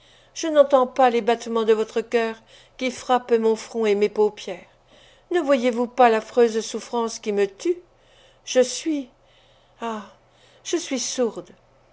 je n'entends pas les battements de votre cœur qui frappent mon front et mes paupières ne voyez-vous pas l'affreuse souffrance qui me tue je suis ah je suis sourde